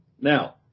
Now